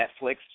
Netflix